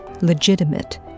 legitimate